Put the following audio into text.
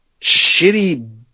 shitty